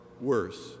worse